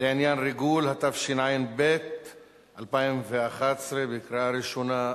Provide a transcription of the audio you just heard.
לעניין ריגול), התשע"ב 2011, בקריאה ראשונה.